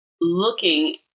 looking